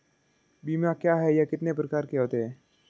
बीमा क्या है यह कितने प्रकार के होते हैं?